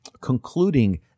concluding